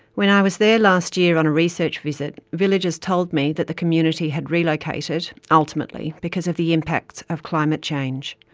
when i was there last year on a research visit, villagers told me that the community had relocated, ultimately, because of the impacts of climate change.